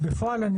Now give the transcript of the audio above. בפועל,